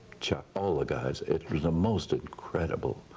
chuck, all the guys. it was the most incredible